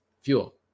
Fuel